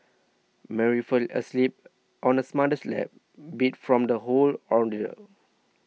Mary fell asleep on her mother's lap beat from the whole ordeal